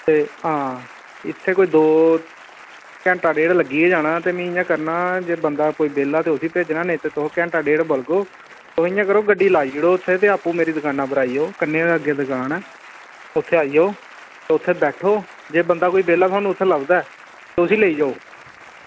ते आं इत्थें कोई दौ ते घैंटा दौ लग्गी गै जाना ते जेकर बंदा कोई बेह्ल्ला ते तुस घैंटा डेढ़ बलगो तुस इंया करो गड्डी मेरी दुकान उप्पर लाई ओड़ो कन्नै गै अग्गें मेरी दुकान ऐ उत्थें आई जाओ ते उत्थें बैठो जेकर तुसें ई कोई बंदा बेह्ल्ला लभदा ऐ ते उसी लेई आओ